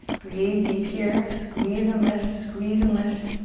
breathe deep here. squeeze and lift, squeeze and lift.